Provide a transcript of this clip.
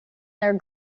their